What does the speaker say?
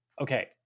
okay